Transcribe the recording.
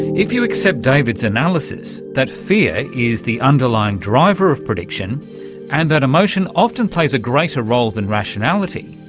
if you accept david's analysis that fear is the underlying driver of prediction and that emotion often plays a greater role than rationality,